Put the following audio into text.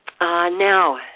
Now